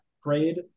grade